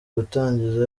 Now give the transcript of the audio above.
gutangiza